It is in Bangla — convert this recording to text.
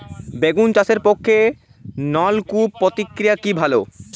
বেগুন চাষের পক্ষে নলকূপ প্রক্রিয়া কি ভালো?